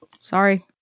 Sorry